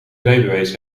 rijbewijs